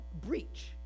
breach